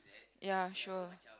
ya sure